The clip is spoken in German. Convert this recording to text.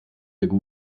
wieder